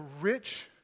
rich